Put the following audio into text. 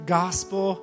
gospel